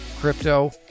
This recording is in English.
crypto